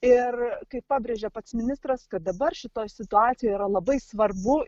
ir kaip pabrėžė pats ministras kad dabar šitoj situacijoj yra labai svarbu